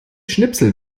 schnipsel